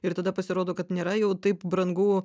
ir tada pasirodo kad nėra jau taip brangu